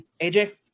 AJ